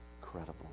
Incredible